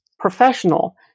professional